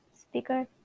speaker